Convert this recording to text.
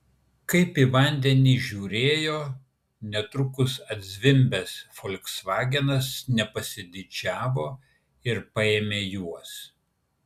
kaip į vandenį žiūrėjo netrukus atzvimbęs folksvagenas nepasididžiavo ir paėmė juos